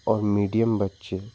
और मीडियम बच्चे